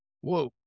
Whoa